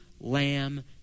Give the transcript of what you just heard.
lamb